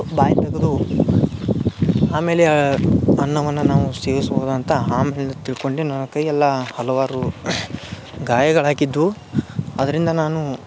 ಬಾಯಿ ತೆಗೆದು ಆಮೇಲೆ ಅನ್ನವನ್ನು ನಾವು ಸೇವಿಸ್ಬೋದು ಅಂತ ಆಮೇಲೆ ತಿಳ್ಕೊಂಡೆ ನಾ ಕೈಯೆಲ್ಲ ಹಲವಾರು ಗಾಯಗಳು ಆಕಿದ್ವು ಅದರಿಂದ ನಾನು